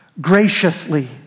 graciously